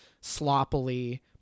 sloppily